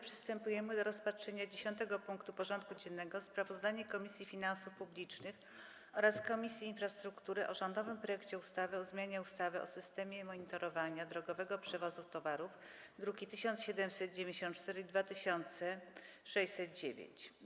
Przystępujemy do rozpatrzenia punktu 10. porządku dziennego: Sprawozdanie Komisji Finansów Publicznych oraz Komisji Infrastruktury o rządowym projekcie ustawy o zmianie ustawy o systemie monitorowania drogowego przewozu towarów (druki nr 1794 i 2609)